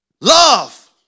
Love